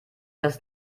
das